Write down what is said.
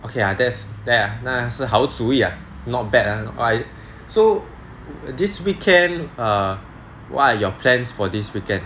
okay ah that's that 那是好主意 ah not bad ah I so this weekend err what are your plans for this weekend